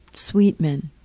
sweet men.